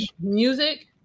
music